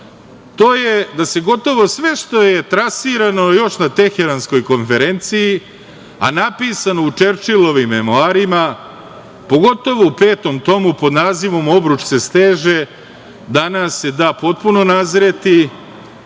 to je da se gotovo sve što je trasirano još na Teheranskoj konferenciji, a napisano u Čerčilom memoarima, pogotovo u Petom tomu pod nazivom „Obruč se steže“ danas se da potpuno nazreti